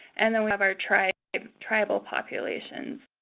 and then we have our tribal um tribal populations.